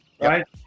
Right